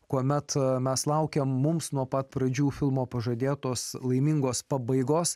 kuomet mes laukėme mums nuo pat pradžių filmo pažadėtos laimingos pabaigos